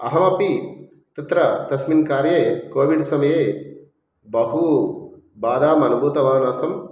अहमपि तत्र तस्मिन् कार्ये कोविड्समये बहु बाधाम् अनुभूतवान् आसम्